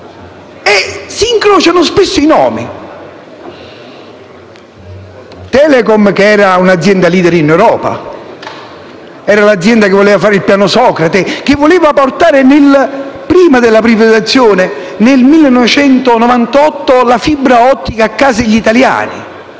si incrociano. Telecom era un'azienda *leader* in Europa, un'azienda che voleva realizzare il piano Socrate, che voleva portare, prima della privatizzazione, nel 1998, la fibra ottica a casa degli italiani,